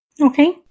Okay